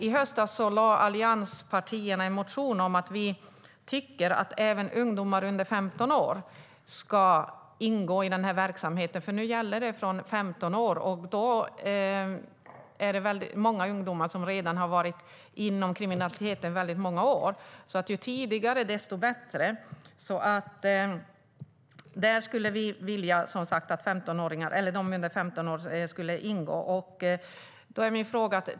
I höstas väckte allianspartierna en motion om att vi tycker att även ungdomar under 15 år ska ingå i denna verksamhet. Nu gäller den från 15 år, och det är många ungdomar som redan då har varit i kriminaliteten i många år. Ju tidigare desto bättre, och vi skulle som sagt vilja att de som är under 15 år ska ingå.